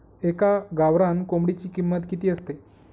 एका गावरान कोंबडीची किंमत किती असते?